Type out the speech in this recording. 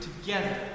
together